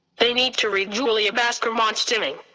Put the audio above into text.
they need to read julia bascom on stimming.